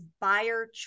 buyer